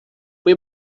fue